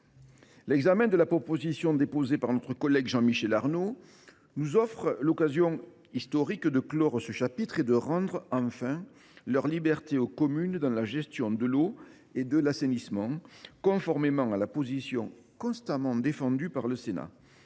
L’examen de la proposition de loi déposée par notre collègue Jean Michel Arnaud nous offre l’occasion historique de clore ce chapitre et de rendre enfin leur liberté aux communes dans la gestion de l’eau et de l’assainissement, conformément à la position constamment défendue par le Sénat.